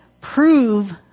prove